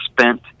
spent